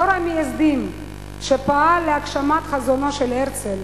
דור המייסדים שפעל להגשמת חזונו של הרצל